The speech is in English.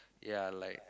ya like